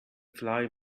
fly